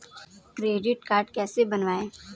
Credit card कैसे बनवाएँ?